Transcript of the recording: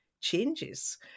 changes